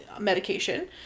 medication